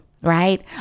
right